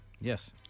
Yes